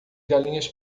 galinhas